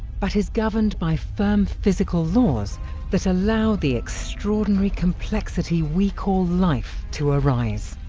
but is governed by firm physical laws that allow the extraordinary complexity we call life to arise.